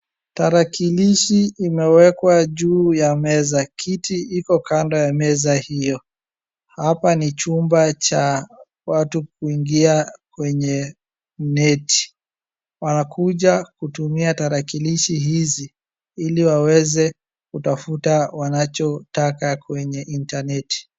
Tarakilishi imewekwa juu ya meza, kiti iko kando ya meza hiyo, hapani chumba cha watu kuingia kwenye neti, wanakuja kutumia tarakilishi hizi ili waweze kutafuta wanachotaka kwenye intaneti.